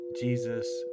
Jesus